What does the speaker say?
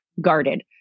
guarded